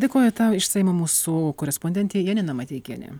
dėkoju tau iš seimo mūsų korespondentė janina mateikienė